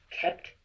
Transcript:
kept